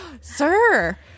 sir